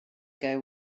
ago